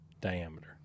diameter